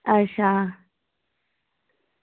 अच्छा